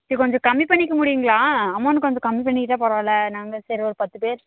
இது கொஞ்சம் கம்மி பண்ணிக்க முடியுங்களா அமௌண்ட் கொஞ்சம் கம்மி பண்ணிகிட்டா பரவால்லை நாங்கள் சரி ஒரு பத்து பேர்